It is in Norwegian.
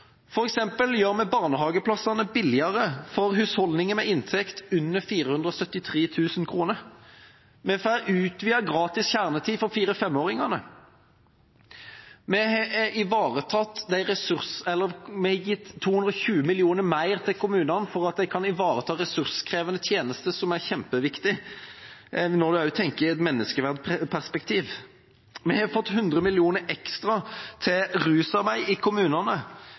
Vi gjør f.eks. barnehageplassene billigere for husholdninger med inntekt under 473 000 kr. Vi får utvidet gratis kjernetid for 4–5-åringene. Vi har gitt 220 mill. kr mer til kommunene for at de kan ivareta ressurskrevende tjenester, noe som er kjempeviktig når en også tenker i et menneskeverdsperspektiv. Vi har fått 100 mill. kr ekstra til rusarbeid i kommunene.